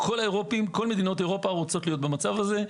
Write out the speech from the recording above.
כל מדינות אירופה רוצות להיות במצב הזה.